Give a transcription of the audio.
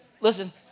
Listen